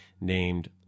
named